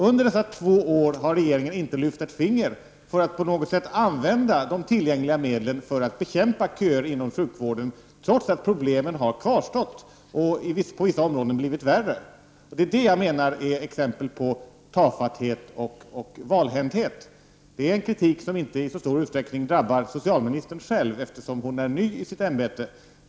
Under dessa två år har regeringen inte lyft ett finger för att på något sätt använda de tillgängliga medlen för att bekämpa köerna inom sjukvården, trots att problemet har kvarstått och på vissa områden blivit värre. Detta menar jag är exempel på tafatthet och valhänthet. Detta är en kritik som inte i så stor utsträckning drabbar socialministern själv, eftersom hon är ny i sitt ämbete.